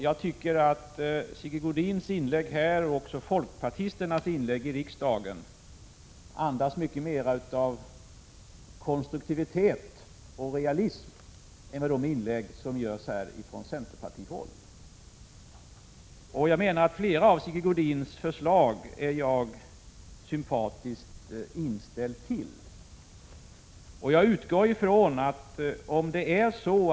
Jag tycker att hans och andra folkpartisters anföranden i riksdagen andas mycket mera av konstruktivitet och realism än de inlägg som görs här från centerpartihåll. Jag är sympatiskt inställd till flera av Sigge Godins förslag.